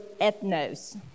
ethnos